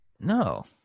no